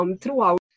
throughout